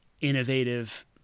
innovative